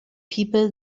people